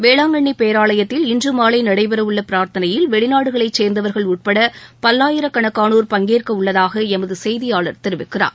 வேளாங்கண்ணி பேராலயத்தில் இன்று மாலை நடைபெறவுள்ள பிரார்த்தனையில் வெளிநாடுகளை சேர்ந்தவர்கள் உட்பட பல்லாயிரக்கணக்கானோர் பங்கேற்க உள்ளதாக எமது செய்தியாளர் தெரிவிக்கிறார்